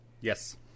Yes